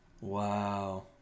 Wow